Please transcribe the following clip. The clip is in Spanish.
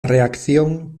reacción